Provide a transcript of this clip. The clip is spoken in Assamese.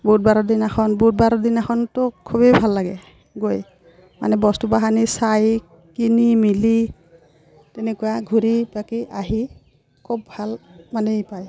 বুধবাৰৰ দিনাখন বুধবাৰৰ দিনাখনতো খুবেই ভাল লাগে গৈ মানে বস্তু বাহানি চাই কিনি মিলি তেনেকুৱা ঘূৰি পকি আহি খুব ভাল মানে পায়